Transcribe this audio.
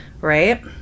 right